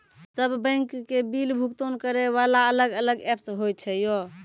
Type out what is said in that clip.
सब बैंक के बिल भुगतान करे वाला अलग अलग ऐप्स होय छै यो?